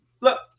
Look